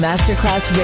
Masterclass